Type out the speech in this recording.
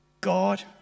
God